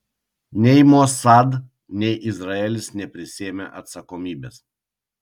nei mossad nei izraelis neprisiėmė atsakomybės